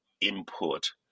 input